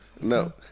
No